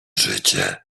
życie